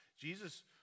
Jesus